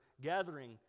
gathering